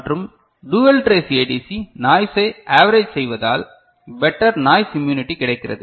மற்றும் dual trace ADC நாய்சை average செய்வதால் பெட்டர் நாய்ஸ் இமியுனிடி கிடைக்கிறது